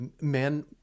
men